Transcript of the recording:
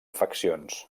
faccions